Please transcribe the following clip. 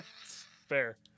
Fair